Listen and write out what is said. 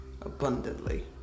abundantly